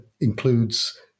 includes